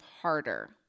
harder